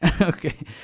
Okay